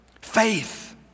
Faith